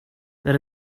there